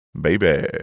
Baby